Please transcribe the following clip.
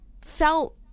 Felt